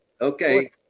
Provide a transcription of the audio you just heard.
Okay